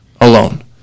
alone